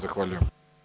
Zahvaljujem.